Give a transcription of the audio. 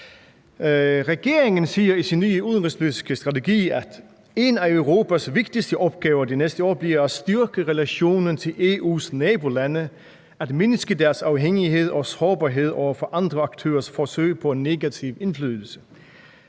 Regeringen siger i sin nye udenrigspolitiske strategi, at en af Europas vigtigste opgaver de næste år bliver at styrke relationen til EU's nabolande og at mindske deres afhængighed og sårbarhed over for andre aktørers forsøg på negativ indflydelse.